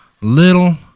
little